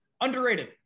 Underrated